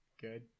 good